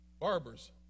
Barbers